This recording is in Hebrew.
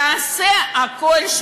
תעשה הכול.